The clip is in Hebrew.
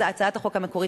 הצעת החוק המקורית